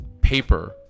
paper